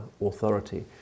authority